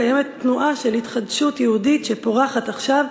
קיימת תנועה של התחדשות יהודית שפורחת עכשיו,